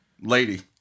lady